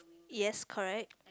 yes correct